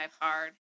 hard